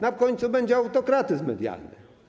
Na końcu będzie autokratyzm medialny.